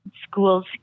schools